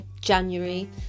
January